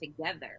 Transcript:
together